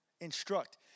instruct